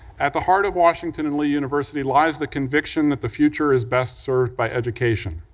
at the heart of washington and lee university lies the conviction that the future is best served by education.